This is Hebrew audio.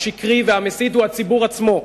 השקרי והמסית הוא הציבור עצמו.